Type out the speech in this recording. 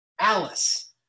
Alice